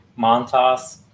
Montas